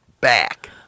back